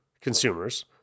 consumers